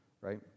right